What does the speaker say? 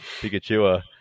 Pikachu